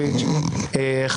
אתם רוצים למלט את נתניהו ממשפט.